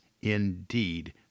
indeed